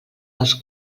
dels